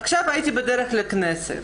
עכשיו הייתי בדרך לכנסת,